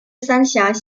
三峡